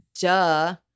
Duh